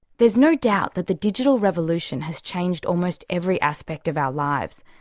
there's no doubt that the digital revolution has changed almost every aspect of our lives,